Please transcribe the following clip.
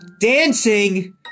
Dancing